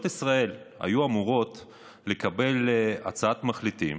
ישראל היו אמורות לקבל הצעת מחליטים